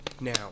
Now